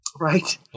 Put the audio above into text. Right